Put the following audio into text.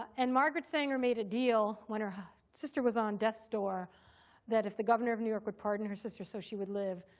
and margaret sanger made a deal when her her sister was on death's door that if the governor of new york would pardon her sister so she would live,